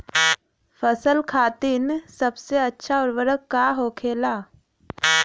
फसल खातीन सबसे अच्छा उर्वरक का होखेला?